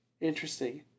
Interesting